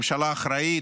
ממשלה אחראית,